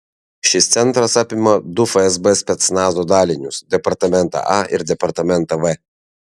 šis centras apima du fsb specnazo dalinius departamentą a ir departamentą v